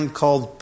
called